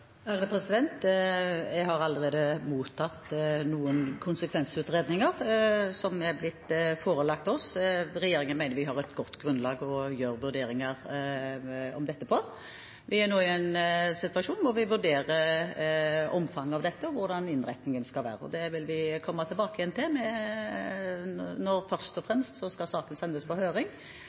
Jeg har allerede mottatt noen konsekvensutredninger, som altså er blitt forelagt oss. Vi i regjeringen mener vi har et godt grunnlag for å kunne vurdere dette. Vi er nå i en situasjon hvor vi vurderer omfanget av dette, og hvordan innretningen skal være. Dette vil vi komme tilbake til. Først og fremst skal saken sendes på høring.